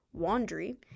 Wandry